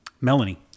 Melanie